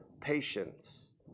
patience